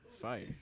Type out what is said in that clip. fire